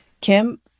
Kim